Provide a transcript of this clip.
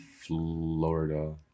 Florida